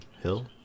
Hill